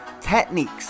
techniques